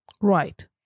Right